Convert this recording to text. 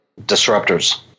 disruptors